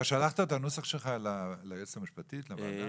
אתה שלחת את הנוסח שלך ליועצת המשפטית לוועדה?